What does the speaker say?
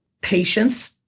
Patience